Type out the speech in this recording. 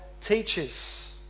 teaches